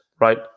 Right